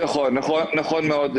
נכון מאוד,